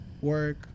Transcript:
work